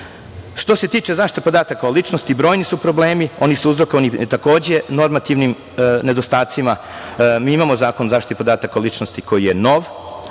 se tiče zaštite podataka o ličnosti, brojni su problemi. Oni su uzrokovani, takođe, normativnim nedostacima. Mi imamo Zakon o zaštiti podataka o ličnosti koji je nov,